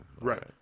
Right